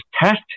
test